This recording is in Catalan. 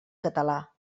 català